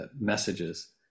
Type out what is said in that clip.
messages